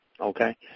okay